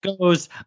goes